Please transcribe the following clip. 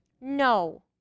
No